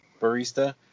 barista